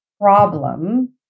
problem